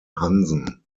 hansen